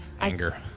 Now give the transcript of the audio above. anger